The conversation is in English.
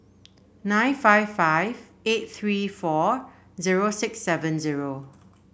nine five five eight three four zero six seven zero